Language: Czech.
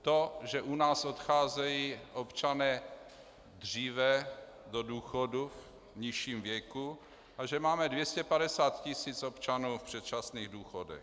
To, že u nás odcházejí občané dříve do důchodu v nižším věku a že máme 250 tisíc občanů v předčasných důchodech.